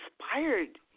inspired